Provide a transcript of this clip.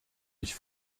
ich